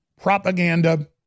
propaganda